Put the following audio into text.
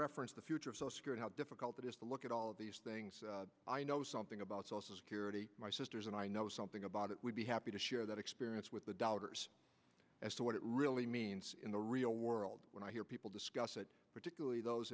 referenced the future so scared how difficult it is to look at all of these things i know something about social security my sisters and i know something about it would be happy to share that experience with the doubters as to what it really means in the real world when i hear people discuss it particularly those